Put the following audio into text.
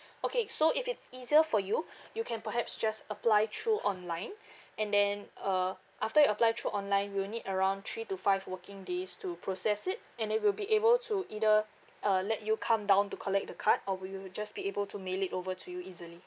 okay so if it's easier for you you can perhaps just apply through online and then uh after you apply through online we will need around three to five working days to process it and then we'll be able to either uh let you come down to collect the card or we will just be able to mail it over to you easily